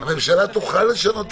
הממשלה תוכל לשנות תקנה.